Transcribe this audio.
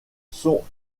sont